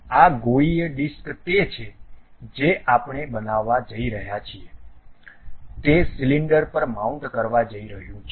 આ ગોળીય ડિસ્ક તે છે જે આપણે બનાવવા જઈ રહ્યા છીએ તે સિલિન્ડર પર માઉન્ટ કરવા જઈ રહ્યું છે